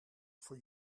voor